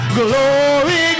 glory